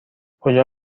کجا